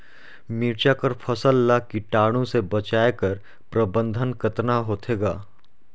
मिरचा कर फसल ला कीटाणु से बचाय कर प्रबंधन कतना होथे ग?